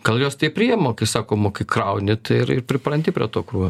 gal jos tai priima kai sakoma kai krauni tai ir ir pripranti prie to krūvio